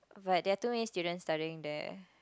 but there are too many students studying there